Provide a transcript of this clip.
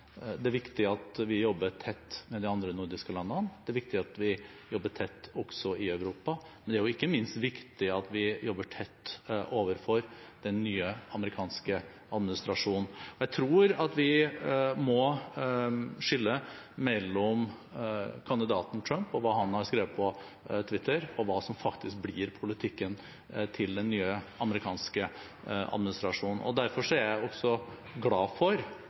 Det er viktig at vi jobber tett med de andre nordiske landene. Det er viktig at vi jobber tett også i Europa. Men det er ikke minst viktig at vi jobber tett overfor den nye amerikanske administrasjonen. Jeg tror at vi må skille mellom hva kandidaten Trump har skrevet på Twitter, og hva som faktisk blir politikken til den nye amerikanske administrasjonen. Derfor er jeg også glad for